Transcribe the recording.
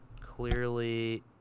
clearly